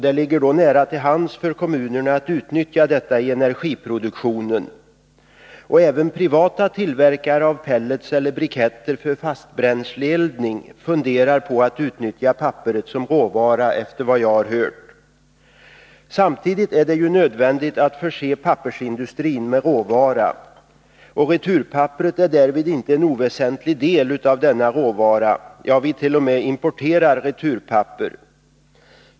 Det ligger då nära till hands för kommunerna att utnyttja detta i energiproduktionen. Även privata tillverkare av pellets och briketter för fastbränsleeldning funderar, efter vad jag har hört, på att utnyttja papperet som råvara. Samtidigt är det nödvändigt att förse pappersindustrin med råvara. Returpapperet är därvid en inte oväsentlig del av denna råvara — vi importerar ju t.o.m. returpapper.